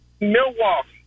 Milwaukee